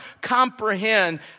comprehend